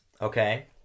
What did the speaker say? okay